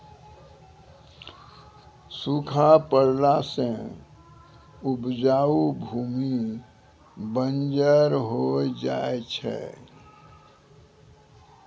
सूखा पड़ला सें उपजाऊ भूमि बंजर होय जाय छै